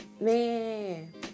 man